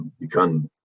become